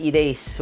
days